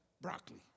broccoli